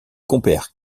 compères